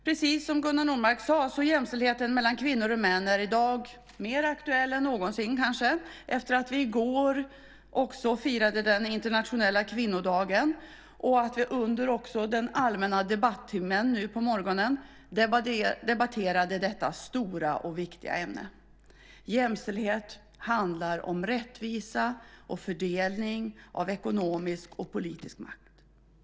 Precis som Gunnar Nordmark sade är jämställdheten mellan kvinnor och män i dag kanske mer aktuell än någonsin efter att vi i går firade den internationella kvinnodagen och att vi under den allmänna debattimmen i dag på morgonen också debatterade detta stora och viktiga ämne. Jämställdhet handlar om rättvisa och fördelning av ekonomisk och politisk makt.